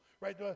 right